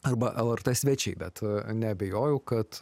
arba lrt svečiai bet neabejoju kad